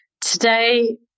Today